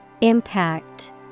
Impact